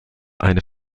eine